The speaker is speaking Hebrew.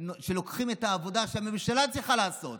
שלוקחים את העבודה שהממשלה צריכה לעשות,